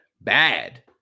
bad